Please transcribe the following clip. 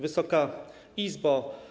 Wysoka Izbo!